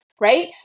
Right